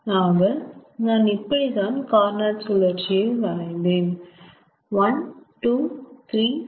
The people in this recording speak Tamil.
ஆக நான் இப்படித்தான் கார்னோட் சுழட்சியை வரைந்தேன் 1 2 3 4